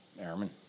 airmen